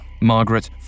Margaret